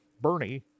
Bernie